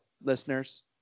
listeners